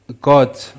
God